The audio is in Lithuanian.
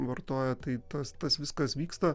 vartoja tai tas tas viskas vyksta